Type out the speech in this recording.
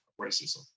racism